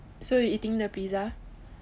so you eating the pizza